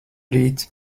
rīt